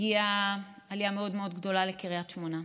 הגיעה עלייה מאוד מאוד גדולה לקריית שמונה,